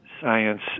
science